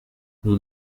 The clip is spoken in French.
nous